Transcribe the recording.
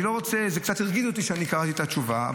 קצת הרגיז אותי כשקראתי את התשובה,